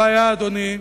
הבעיה, אדוני,